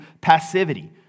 passivity